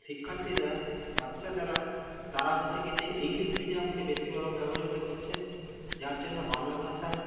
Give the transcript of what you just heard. শিক্ষার্থী দ্বারা বাচ্চা যারা তারা হচ্ছে গিয়ে যে ইংলিশ মিডিয়ামকে বেশি ব্যবহৃত করছে যার জন্য বাংলা ভাষা